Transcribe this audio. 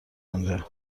مونده